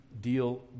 deal